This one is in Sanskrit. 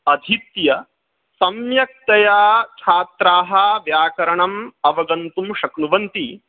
अधीत्य सम्यक्तया छात्राः व्याकरणम् अवगन्तुं शक्नुवन्ति